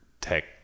tech